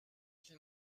qu’il